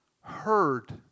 heard